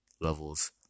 levels